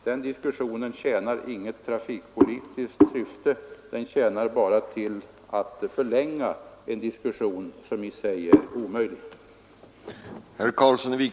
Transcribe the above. Den diskussionen tjänar inget trafikpolitiskt syfte, den tjänar bara till att förlänga en diskussion som i sig är omöjlig.